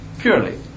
purely